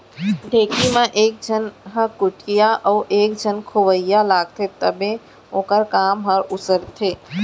ढेंकी म एक झन ह कुटइया अउ एक झन खोवइया लागथे तभे ओखर काम हर उसरथे